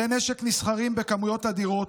כלי נשק נסחרים בכמויות אדירות.